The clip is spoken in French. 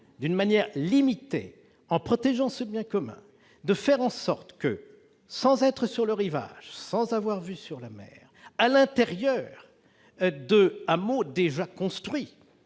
d'une manière limitée et en protégeant ce bien commun, de faire en sorte que, sans être sur le rivage, sans avoir vue sur la mer et à l'intérieur de hameaux déjà construits,